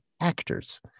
actors